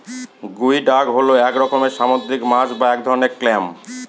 গুই ডাক হল এক রকমের সামুদ্রিক মাছ বা এক ধরনের ক্ল্যাম